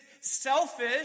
selfish